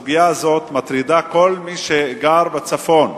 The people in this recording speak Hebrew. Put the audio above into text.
הסוגיה הזאת מטרידה כל מי שגר בצפון.